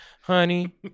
Honey